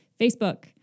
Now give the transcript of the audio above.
Facebook